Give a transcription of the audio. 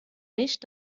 nicht